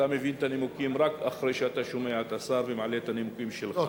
אתה מבין את הנימוקים רק אחרי שאתה שומע את השר ומעלה את הנימוקים שלך.